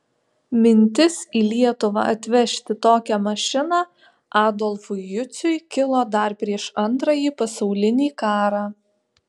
mintis į lietuvą atvežti tokią mašiną adolfui juciui kilo dar prieš antrąjį pasaulinį karą